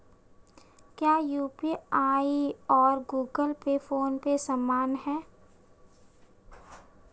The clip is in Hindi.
क्या यू.पी.आई और गूगल पे फोन पे समान हैं?